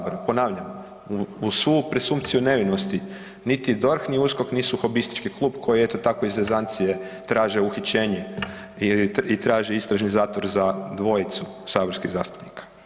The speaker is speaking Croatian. Ponavljam, uz svu presumpciju nevinosti, niti DORH, ni USKOK nisu hobistički klub koji eto tako iz zezancije traže uhićenje i traže istražni zatvor za dvojicu saborskih zastupnika.